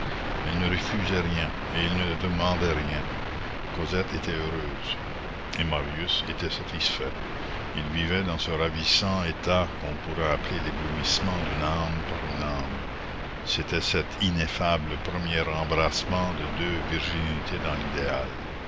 elle ne refusait rien et il ne demandait rien cosette était heureuse et marius était satisfait ils vivaient dans ce ravissant état qu'on pourrait appeler l'éblouissement d'une âme par une âme c'était cet ineffable premier embrassement de deux virginités dans l'idéal